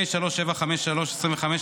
פ/3753/25,